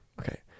Okay